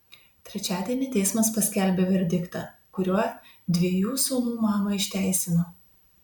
trečiadienį teismas paskelbė verdiktą kuriuo dviejų sūnų mamą išteisino